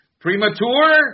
Premature